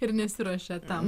ir nesiruošia tam